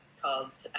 called